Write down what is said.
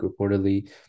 reportedly